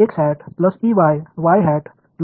ஸ்கேலாருக்கு சமமாக இருக்கும்